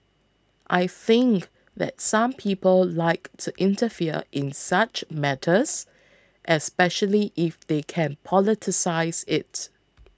I think that some people like to interfere in such matters especially if they can politicise it